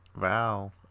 Wow